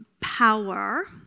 power